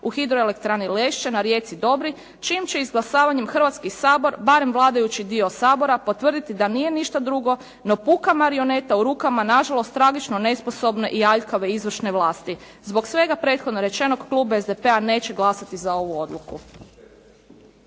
u Hidroelektrani Lešće na rijeci Dobri čijim će izglasavanjem Hrvatski sabor barem vladajući dio Sabora potvrditi da nije ništa drugo no puka marioneta u rukama nažalost tragično nesposobne i aljkave izvršne vlasti. Zbog svega prethodno rečenog klub SDP-a neće glasati za ovu odluku.